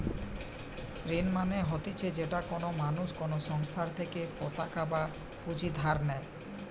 ঋণ মানে হতিছে যেটা কোনো মানুষ কোনো সংস্থার থেকে পতাকা বা পুঁজি ধার নেই